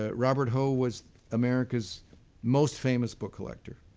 ah robert hoe was america's most famous book collector,